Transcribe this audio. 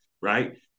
right